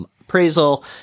appraisal